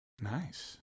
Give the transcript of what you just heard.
Nice